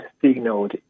signaled